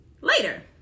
later